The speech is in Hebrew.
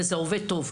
וזה עובד טוב.